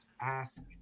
ask